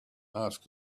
asked